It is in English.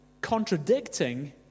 contradicting